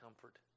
comfort